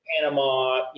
Panama